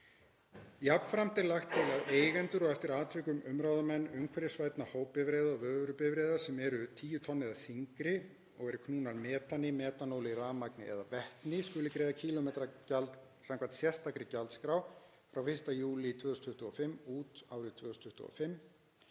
lagt til að eigendur og eftir atvikum umráðamenn umhverfisvænna hópbifreiða og vörubifreiða sem eru 10 tonn eða þyngri og eru knúnar metani, metanóli, rafmagni eða vetni skuli greiða kílómetragjald samkvæmt sérstakri gjaldskrá frá 1. júlí 2025 út árið 2025